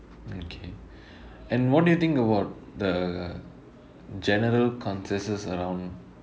okay and what do you think about the general consensus around